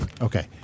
Okay